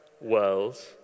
world